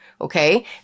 okay